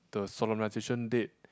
the solemnisation date